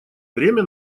время